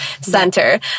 center